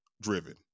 driven